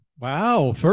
Wow